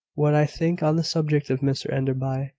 what i think on the subject of mr enderby,